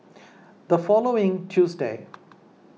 the following Tuesday